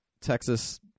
Texas